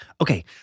okay